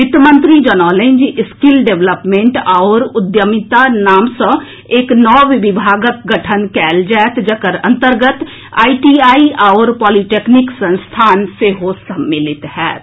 वित्त मंत्री जनौलनि जे स्किल डेवलपमेंट आओर उद्यमिता नाम सऽ एक नव विभागक गठन कएल जाएत जकर अंतर्गत आईटीआई आओर पॉलिटेक्निक संस्थान सेहो सम्मिलित होएत